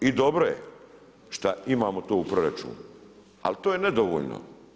I dobro je što imamo to u proračunu ali to je nedovoljno.